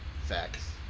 Facts